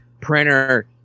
printer